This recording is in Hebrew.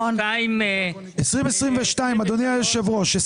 אדוני היושב-ראש,